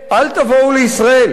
אל תבואו לישראל,